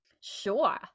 Sure